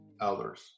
others